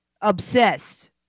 obsessed